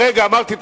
הרגע אמרתי,